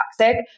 toxic